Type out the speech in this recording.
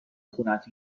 خونت